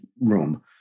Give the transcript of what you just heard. room